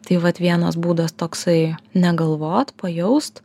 tai vat vienas būdas toksai negalvot pajaust